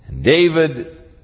David